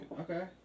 Okay